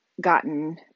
gotten